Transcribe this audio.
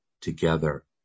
together